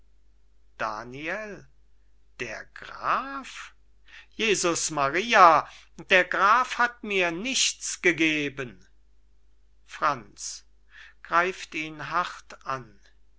daniel der graf jesus maria der graf hat mir nichts gegeben franz